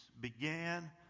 began